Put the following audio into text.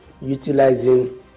utilizing